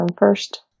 first